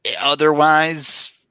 Otherwise